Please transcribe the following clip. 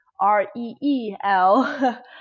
R-E-E-L